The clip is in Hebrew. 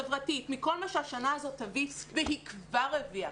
חברתית מכל מה שהשנה הזאת תביא והיא כבר הביאה.